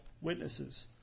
witnesses